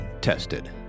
Tested